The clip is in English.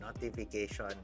notification